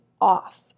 off